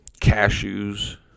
Cashews